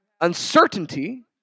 uncertainty